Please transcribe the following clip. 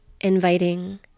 Inviting